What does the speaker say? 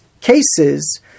cases